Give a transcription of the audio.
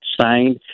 signed